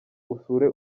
usure